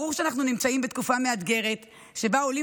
ברור שאנחנו נמצאים בתקופה מאתגרת שבה עולים